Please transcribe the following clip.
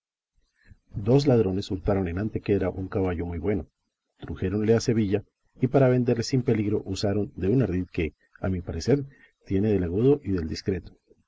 dos ladrones hurtaron en antequera un caballo muy bueno trujéronle a sevilla y para venderle sin peligro usaron de un ardid que a mi parecer tiene del agudo y del discreto